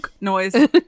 noise